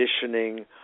conditioning